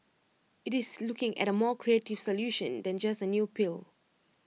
IT is looking at A more creative solution than just A new pill